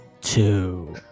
two